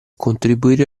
contribuire